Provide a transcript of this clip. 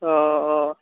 অঁ অঁ